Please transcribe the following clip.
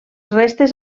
restes